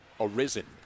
arisen